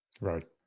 Right